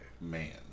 Man